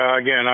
again